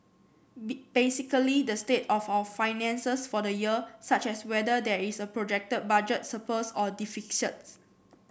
be basically the state of our finances for the year such as whether there is a projected budget surplus or